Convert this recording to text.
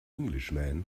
englishman